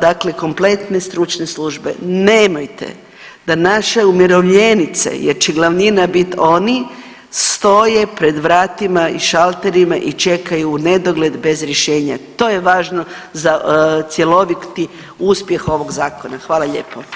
dakle kompletne stručne službe, nemojte da naše umirovljenice jer će glavnina bit oni stoje pred vratima i šalterima i čekaju u nedogled bez rješenja, to je važno za cjeloviti uspjeh ovog zakona, hvala lijepo.